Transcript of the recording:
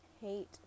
hate